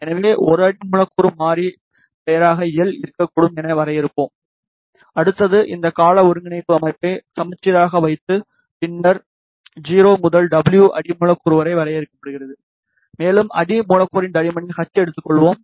எனவே ஒரு அடி மூலக்கூறு மாறி பெயராக L இருக்கக்கூடும் என வரையறுப்போம் அடுத்தது இந்த கால ஒருங்கிணைப்பு அமைப்பை சமச்சீராக வைத்து பின்னர் 0 முதல் w அடி மூலக்கூறு வரை வரையறுக்கிறது மேலும் அடி மூலக்கூறின் தடிமனை h எடுத்துக்கொள்வோம்